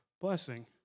blessing